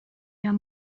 your